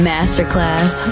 Masterclass